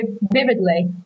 vividly